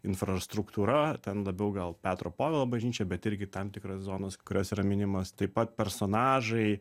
infrastruktūra ten labiau gal petro povilo bažnyčia bet irgi tam tikros zonos kurios yra minimos taip pat personažai